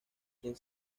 quien